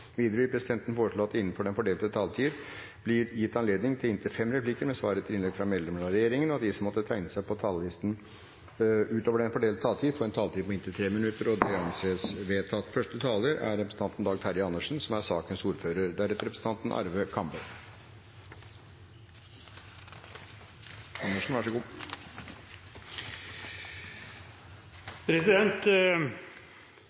Videre vil presidenten foreslå at det blir gitt anledning til inntil seks replikker med svar etter innlegg fra medlemmer av regjeringen innenfor den fordelte taletid, og at de som måtte tegne seg på talerlisten utover den fordelte taletid, får en taletid på inntil 3 minutter. – Det anses vedtatt. Det er en enstemmig komité som utrykker tilfredshet med at partene har blitt enige om en avtale, og viser til at rammen på 113 mill. kr er